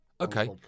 Okay